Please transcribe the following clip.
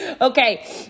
Okay